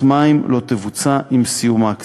ולא תבוצע סגירת מים עם סיום ההקצאה.